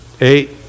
Eight